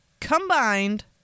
combined